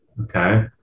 okay